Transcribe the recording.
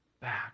back